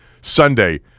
Sunday